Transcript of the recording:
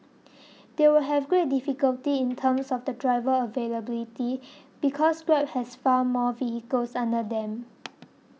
they will have great difficulty in terms of the driver availability because Grab has far more vehicles under them